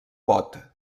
pot